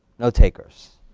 no takers.